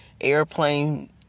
airplane